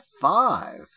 five